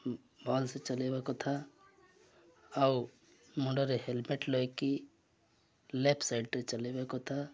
ଭଲ୍ସେ ଚଲେଇବା କଥା ଆଉ ମୁଣ୍ଡରେ ହେଲମେଟ ଲଗେଇକି ଲେଫ୍ଟ ସାଇଡ଼ରେ ଚଲେଇବା କଥା